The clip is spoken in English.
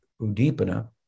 udipana